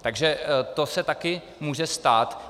Takže to se taky může stát.